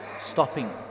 stopping